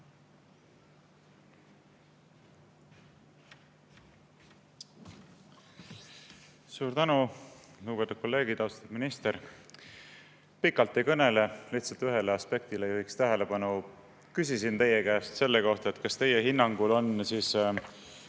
Suur tänu! Lugupeetud kolleegid! Austatud minister! Pikalt ei kõnele, lihtsalt ühele aspektile juhiks tähelepanu. Küsisin teie käest selle kohta, kas teie hinnangul on